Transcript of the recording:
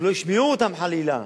שלא ישמעו אותם חלילה: